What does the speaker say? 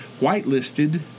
whitelisted